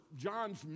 John's